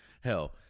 Hell